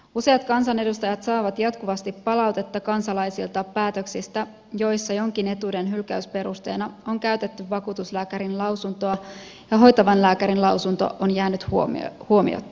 useat kansanedustajat saavat jatkuvasti palautetta kansalaisilta päätöksistä joissa jonkin etuuden hylkäysperusteena on käytetty vakuutuslääkärin lausuntoa ja hoitavan lääkärin lausunto on jäänyt huomiotta